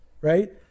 right